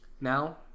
now